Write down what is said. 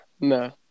No